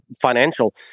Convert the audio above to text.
financial